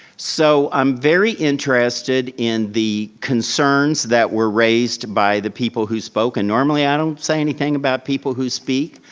so i'm very interested in the concerns that were raised by the people who spoke and normally i don't say anything about people who speak.